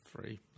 three